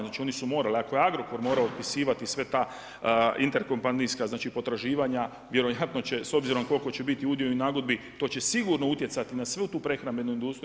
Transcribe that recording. Znači oni su morali, ako je Agrokor morao otpisivati sva ta interkompanijska potraživanja, vjerojatno će s obzirom koliko će biti udio i nagodbi to će sigurno utjecati na svu tu prehrambenu industriju.